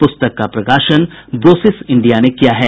पुस्तक का प्रकाशन ब्रोसिस इंडिया ने किया है